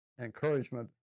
Encouragement